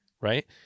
Right